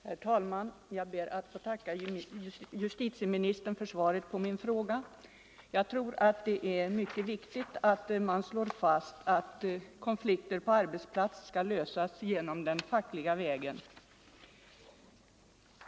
Herr talman! Jag ber att få tacka justitieministern för svaret på min fråga. Jag anser det mycket viktigt att man slår fast att konflikter på arbetsplats skall lösas den fackliga vägen.